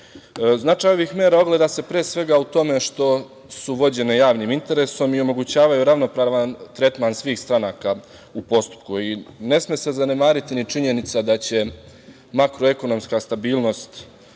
ovih mera ogleda se, pre svega, u tome što su vođene javnim interesom i omogućavaju ravnopravan tretman svih stranaka u postupku i ne sme se zanemariti i činjenica da će makroekonomska stabilnost